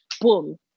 boom